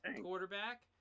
quarterback